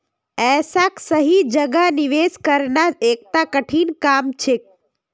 ऐसाक सही जगह निवेश करना एकता कठिन काम छेक